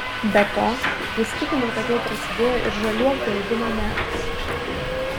be to jis tikino kad jau prasidėjo ir žaliuokių augimo metas